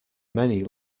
many